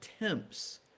attempts